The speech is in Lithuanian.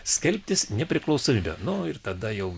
skelbtis nepriklausomybę nu ir tada jau